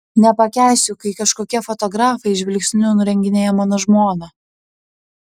nepakęsiu kai kažkokie fotografai žvilgsniu nurenginėja mano žmoną